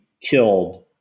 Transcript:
killed